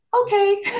okay